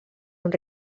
amb